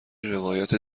روایت